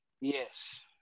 Yes